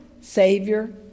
Savior